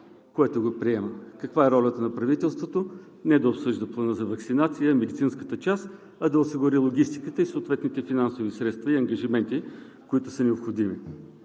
което го приема. Каква е ролята на правителството? Не е да обсъжда плана за ваксинация и медицинската част, а да осигури логистиката, съответните финансови средства и ангажименти, които са необходими.